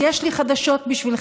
אז יש לי חדשות בשבילכם,